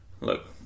look